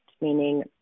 meaning